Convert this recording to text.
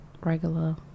Regular